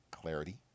Clarity